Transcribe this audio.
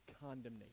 condemnation